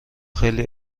خیلی